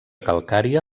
calcària